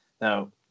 Now